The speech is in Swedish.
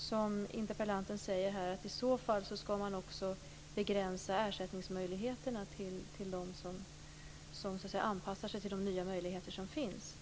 som interpellanten helt logiskt säger, överväga en begränsning av ersättningsmöjligheterna till dem som anpassar sig till de nya möjligheter som finns.